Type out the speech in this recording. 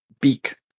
beak